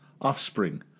Offspring